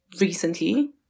recently